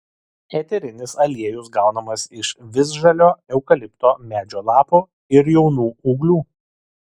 eterinis aliejus gaunamas iš visžalio eukalipto medžio lapų ir jaunų ūglių